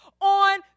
on